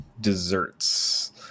desserts